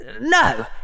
No